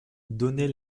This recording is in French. donnez